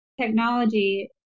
technology